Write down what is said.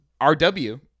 RW